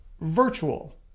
virtual